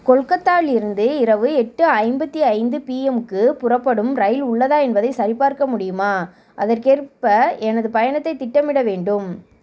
கொல்கத்தாவிலிருந்து இரவு எட்டு ஐம்பத்தி ஐந்து பிஎம்முக்கு புறப்படும் இரயில் உள்ளதா என்பதைச் சரிபார்க்க முடியுமா அதற்கேற்ப எனது பயணத்தைத் திட்டமிட வேண்டும்